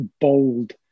bold